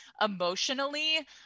emotionally